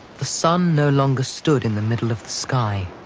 the sun no longer stood in the middle of the sky,